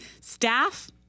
Staff